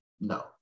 No